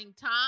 time